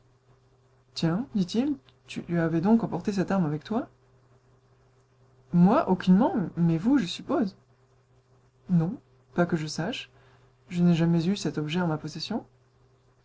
tiens dit-il tu avais donc emporté cette arme avec toi moi aucunement mais vous je suppose non pas que je sache je n'ai jamais eu cet objet en ma possession